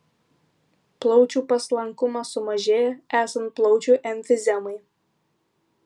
plaučių paslankumas sumažėja esant plaučių emfizemai